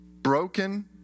broken